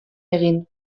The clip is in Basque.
egin